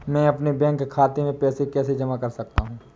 मैं अपने बैंक खाते में पैसे कैसे जमा कर सकता हूँ?